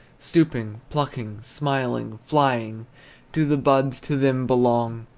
stooping, plucking, smiling, flying do the buds to them belong?